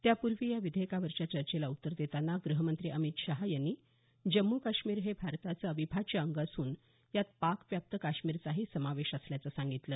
त्यापूर्वी या विधेयकावरच्या चर्चेला उत्तर देताना गृहमंत्री अमित शहा यांनी जम्मू काश्मीर हे भारताचं अविभाज्य अंग असून यात पाकव्याप्त काश्मीरचाही समावेश असल्याचं सांगितलं